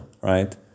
right